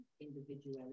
Individuality